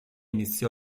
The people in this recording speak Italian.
iniziò